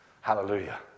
Hallelujah